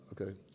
Okay